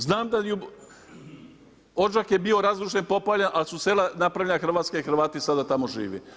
Znam da Odžak je bio razrušen popaljen ali su sela napravljena hrvatska i Hrvati sada tamo žive.